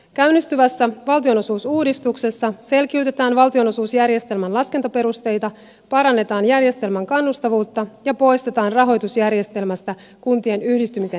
käynnistyvässä valtionosuusuudistuksessa selkiytetään valtionosuusjärjestelmän laskentaperusteita parannetaan järjestelmän kannustavuutta ja poistetaan rahoitusjärjestelmästä kun tien yhdistymisen esteitä